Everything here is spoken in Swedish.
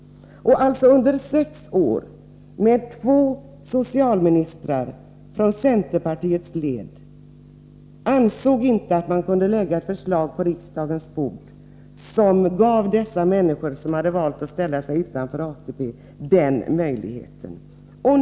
Under sex år, med två socialministrar från centerpartiets led, ansågs det alltså inte att man kunde lägga fram förslag på riksdagens bord som gav de människor som valt att ställa sig utanför ATP-systemet den möjligheten.